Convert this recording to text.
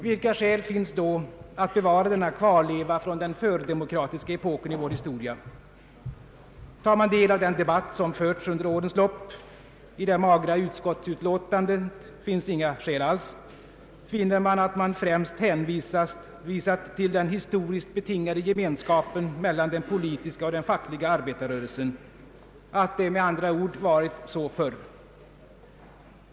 Vilka skäl finns då att bevara denna kvarleva från den fördemokratiska epoken i vår historia? Tar man del av den debatt som förts under årens lopp — i det magra utskottsutlåtandet nämns inga skäl alls — finner man att det främst hänvisats till den historiskt betingade gemenskapen mellan den politiska och den fackliga arbetarörelsen, att det med andra ord varit så förr.